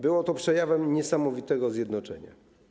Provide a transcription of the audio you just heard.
Było to przejawem niesamowitego zjednoczenia.